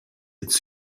its